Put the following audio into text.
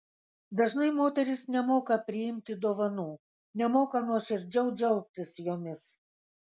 dažnai moterys nemoka priimti dovanų nemoka nuoširdžiau džiaugtis jomis